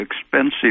expensive